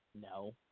No